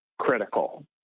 critical